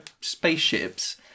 spaceships